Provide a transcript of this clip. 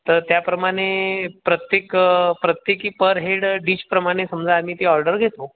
तर त्याप्रमाणे प्रत्येक प्रत्येकी पर हेड डिशप्रमाणे समजा आम्ही ती ऑर्डर घेतो